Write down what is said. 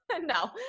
No